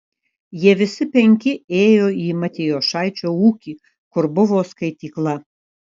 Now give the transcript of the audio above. jie visi penki ėjo į matijošaičio ūkį kur buvo skaitykla